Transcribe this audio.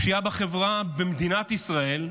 הפשיעה בחברה במדינת ישראל נוסקת.